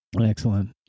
Excellent